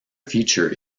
feature